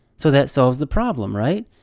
so that solves the problem, right?